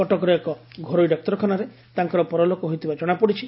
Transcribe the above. କଟକର ଏକ ଘରୋଇ ଡାକ୍ତରଖାନାରେ ତାଙ୍କର ପରଲୋକ ହୋଇଥିବା ଜଣାପଡ଼ିଛି